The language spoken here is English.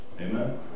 Amen